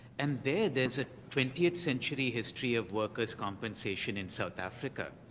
and there, there's a twentieth century history of workers compensation in south africa,